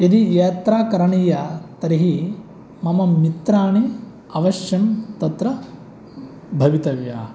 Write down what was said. यदि यात्रा करणीया तर्हि मम मित्राणि अवश्यं तत्र भवितव्या